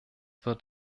wird